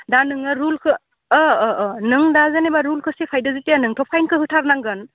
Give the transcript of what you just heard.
दा नोङो रुलखौ अ अ नों दा जेनेबा रुलखौ सिफायदो जेथिया नोंथ' फाइनखौ होथारनांगोन